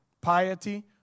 piety